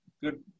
Good